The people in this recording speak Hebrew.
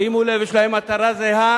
שימו לב, יש להן מטרה זהה,